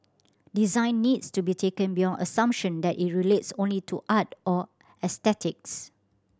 design needs to be taken beyond the assumption that it relates only to art or aesthetics